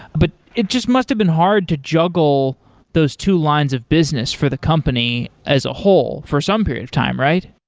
but it just must have been hard to juggle those two lines of business for the company as a whole for some period of time, right?